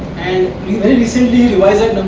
and very recently he